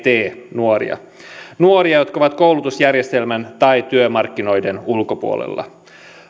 nuoria eli nuoria jotka ovat koulutusjärjestelmän tai työmarkkinoiden ulkopuolella